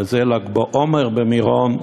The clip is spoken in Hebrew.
וזה ל"ג בעומר במירון.